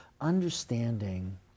understanding